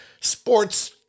sports